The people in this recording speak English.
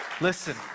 listen